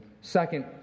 Second